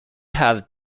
had